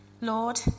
Lord